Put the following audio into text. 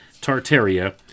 Tartaria